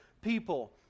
people